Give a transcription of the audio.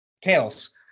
tails